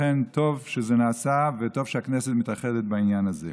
לכן טוב שזה נעשה וטוב שהכנסת מתאחדת בעניין הזה.